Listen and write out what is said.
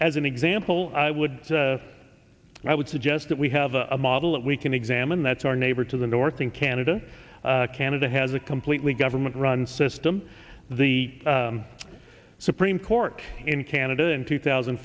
as an example i would i would suggest that we have a model that we can examine that's our neighbor to the north in canada canada has a completely government run system the supreme court in canada in two thousand